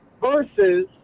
Versus